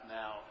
now